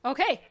Okay